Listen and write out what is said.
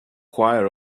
choir